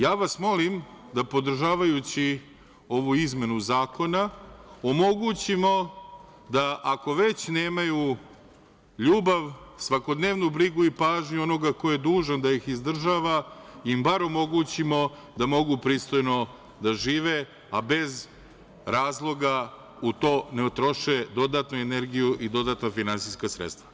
Ja vas molim, podržavajući ovu izmenu zakona, omogućimo da ako već nemaju ljubav, svakodnevnu brigu i pažnju onoga ko je dužan da ih izdržava im bar omogućimo da mogu pristojno da žive, a bez razloga da u to ne utroše dodatnu energiju i dodatna finansijska sredstva.